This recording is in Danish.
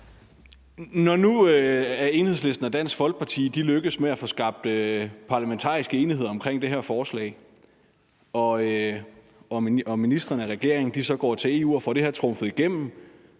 Når nu Enhedslisten og Dansk Folkeparti lykkes med at få skabt parlamentarisk enighed omkring det her forslag og ministeren og regeringen så går til EU og får det her trumfet igennem